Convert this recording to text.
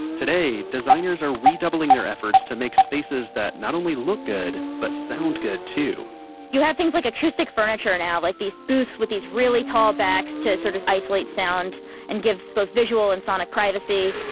today, designers are redoubling their efforts to make spaces that not only look good, but sound good too you have things like acoustic furniture now, like these booths with these really tall backs to sort of isolate sound and give both visual and sonic privacy.